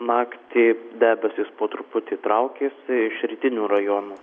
naktį debesys po truputį traukėsi iš rytinių rajonų